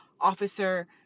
officer